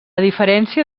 diferència